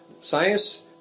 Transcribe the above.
science